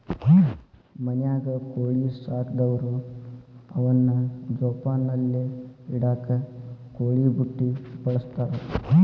ಮನ್ಯಾಗ ಕೋಳಿ ಸಾಕದವ್ರು ಅವನ್ನ ಜೋಪಾನಲೆ ಇಡಾಕ ಕೋಳಿ ಬುಟ್ಟಿ ಬಳಸ್ತಾರ